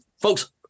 folks